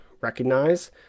recognize